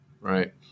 Right